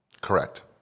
Correct